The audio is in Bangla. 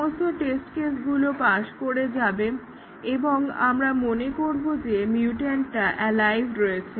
সমস্ত টেস্ট কেসগুলো পাস করে যাবে এবং আমরা মনে করব যে মিউট্যান্টটা অ্যালাইভ রয়েছে